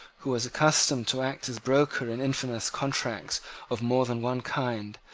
who was accustomed to act as broker in infamous contracts of more than one kind,